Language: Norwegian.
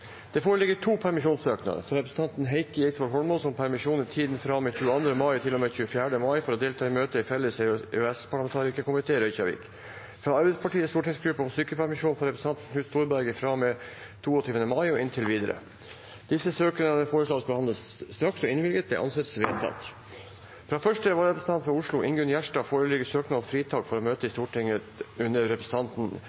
Det foreligger to permisjonssøknader: fra representanten Heikki Eidsvoll Holmås om permisjon i tiden fra og med 22. mai til og med 24. mai for å delta i møte i Den felles EØS-parlamentarikerkomiteen i Reykjavik fra Arbeiderpartiets stortingsgruppe om sykepermisjon for representanten Knut Storberget fra og med 22. mai og inntil videre. Disse søknadene foreslås behandlet straks og innvilget. – Det anses vedtatt. Fra første vararepresentant for Oslo, Ingunn Gjerstad , foreligger søknad om fritak for å møte i